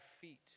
feet